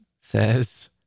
says